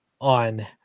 on